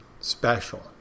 special